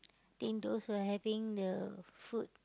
think those who are having the food